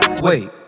wait